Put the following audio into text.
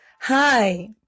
Hi